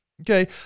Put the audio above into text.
Okay